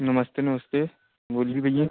नमस्ते नमस्ते बोलिए भैया